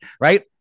right